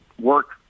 work